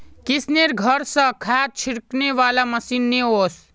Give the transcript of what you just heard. किशनेर घर स खाद छिड़कने वाला मशीन ने वोस